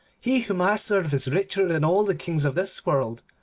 he whom i serve is richer than all the kings of this world,